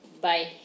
Bye